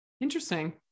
Interesting